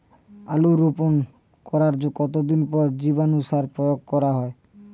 আলু রোপণ করার কতদিন পর জীবাণু সার প্রয়োগ করা হয়?